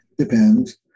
Depends